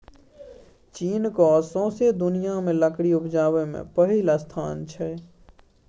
चीनक सौंसे दुनियाँ मे लकड़ी उपजाबै मे पहिल स्थान छै